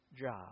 job